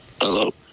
Hello